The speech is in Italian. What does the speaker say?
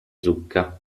zucca